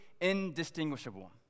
indistinguishable